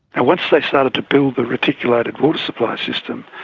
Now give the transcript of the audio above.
and once they started to build the reticulated water supply system,